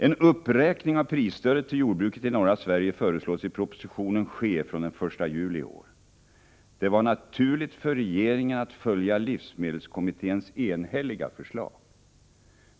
En uppräkning av prisstödet till jordbruket i norra Sverige föreslås i propositionen ske fr.o.m. den 1 juli i år. Det var naturligt för regeringen att följa livsmedelskommitténs enhälliga förslag.